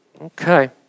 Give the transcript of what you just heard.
Okay